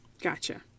Gotcha